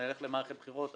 נלך למערכת בחירות,